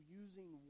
using